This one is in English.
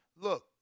look